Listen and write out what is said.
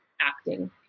acting